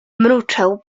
mruczał